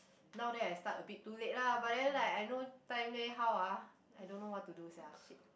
now then I start a bit too late lah but then like I no time leh how ah I don't know what to do sia shit